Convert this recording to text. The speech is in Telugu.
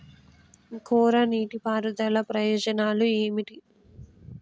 కోరా నీటి పారుదల ప్రయోజనాలు ఏమిటి?